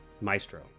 Maestro